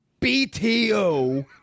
BTO